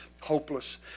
hopeless